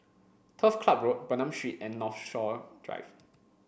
Turf Club Road Bernam Street and Northshore Drive